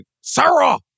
Sarah